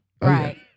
Right